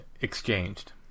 exchanged